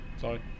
sorry